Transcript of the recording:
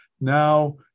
now